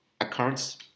occurrence